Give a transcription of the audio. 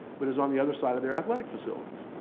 but is on the other side of their athletic facilities.